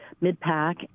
mid-pack